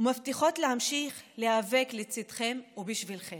ומבטיחות להמשיך להיאבק לצידכם ובשבילכם.